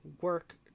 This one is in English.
work